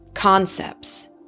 concepts